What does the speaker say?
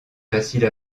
facile